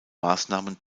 maßnahmen